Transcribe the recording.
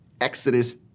Exodus